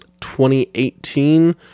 2018